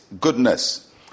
goodness